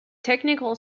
technical